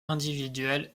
individuel